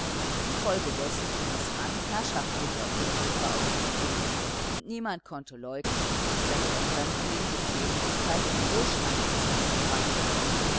infolgedessen fing es an herrschaftlich auf dem hofe auszusehen und niemand konnte leugnen daß der fremdling bequemlichkeit und wohlstand ins land gebracht hatte